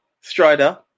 Strider